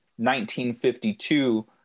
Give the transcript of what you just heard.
1952